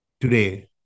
today